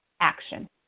action